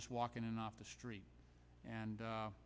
just walking in off the street and